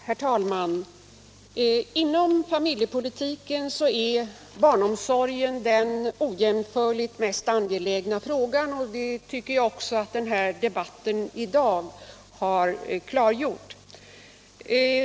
Herr talman! Inom familjepolitiken är barnomsorgen den ojämförligt mest angelägna frågan, och det tycker jag också att dagens debatt har klargjort.